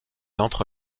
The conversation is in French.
entre